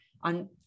on